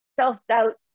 self-doubt